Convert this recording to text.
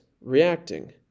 reacting